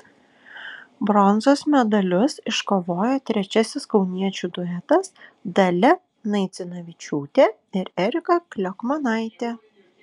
bronzos medalius iškovojo trečiasis kauniečių duetas dalia naidzinavičiūtė ir erika kliokmanaitė